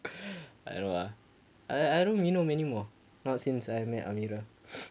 I don't know ah I I don't minum anymore not since I met amira